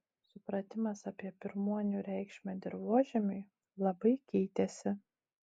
supratimas apie pirmuonių reikšmę dirvožemiui labai keitėsi